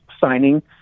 signing